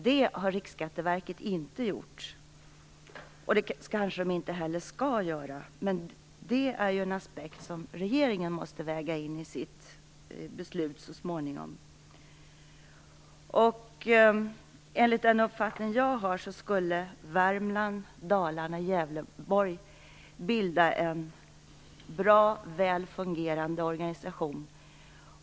Det har Riksskatteverket inte gjort. Det skall man kanske inte heller göra, men det är en aspekt som regeringen måste väga in i sitt beslut så småningom. Enligt den uppfattning jag har skulle Värmland, Dalarna och Gävleborg bilda en bra, väl fungerande organisation.